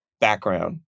background